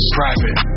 Private